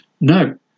No